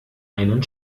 einen